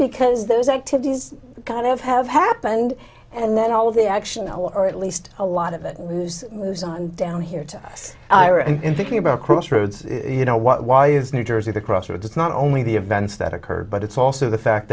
because those activities kind of have happened and then all of the action or at least a lot of it wus down here to us and thinking about crossroads you know what why is new jersey the crossroads it's not only the events that occurred but it's also the fact